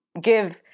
give